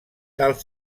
tal